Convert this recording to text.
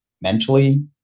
mentally